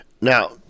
Now